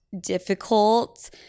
difficult